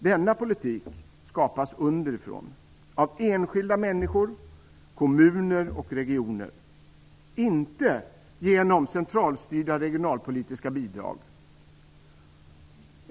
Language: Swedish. Denna politik skapas underifrån av enskilda människor, kommuner och regioner - inte genom centralstyrda regionalpolitiska bidrag.